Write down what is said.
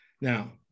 Now